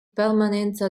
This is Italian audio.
permanenza